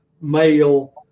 male